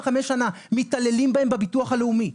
כן.